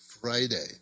Friday